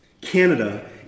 Canada